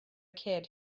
kid